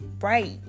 right